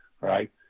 Right